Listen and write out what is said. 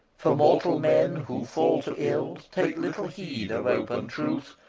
for mortal men who fall to ill take little heed of open truth,